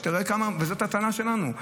זאת הטענה שלנו.